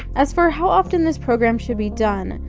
as for how often this program should be done,